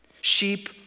sheep